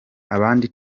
abandi